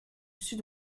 sud